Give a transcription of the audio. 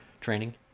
training